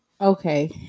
Okay